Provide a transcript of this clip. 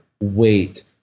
wait